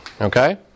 Okay